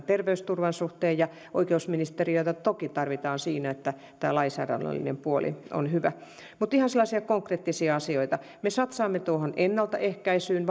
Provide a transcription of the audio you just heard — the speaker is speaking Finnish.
terveysturvan suhteen ja oikeusministeriötä toki tarvitaan siinä että tämä lainsäädännöllinen puoli on hyvä mutta ihan sellaisia konkreettisia asioita me satsaamme tuohon ennaltaehkäisyyn